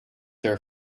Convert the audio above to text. their